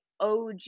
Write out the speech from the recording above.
OG